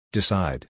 Decide